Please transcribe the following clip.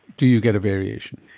do you get a variation?